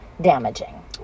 damaging